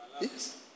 yes